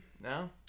No